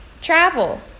travel